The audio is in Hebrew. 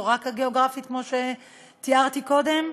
לא רק הגיאוגרפית כמו שתיארתי קודם,